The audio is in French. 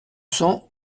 cents